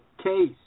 Case